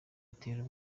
itera